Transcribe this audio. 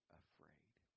afraid